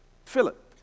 Philip